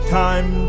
time